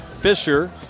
Fisher